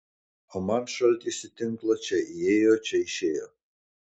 o man šaltis į tinklą čia įėjo čia išėjo